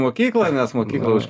mokyklą nes mokykla už